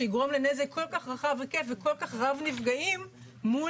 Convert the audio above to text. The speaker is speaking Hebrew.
שיגרום לנזק כל כך רחב היקף וכל כך רב נפגעים מול